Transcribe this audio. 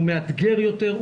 הוא מאתגר יותר,